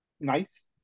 nice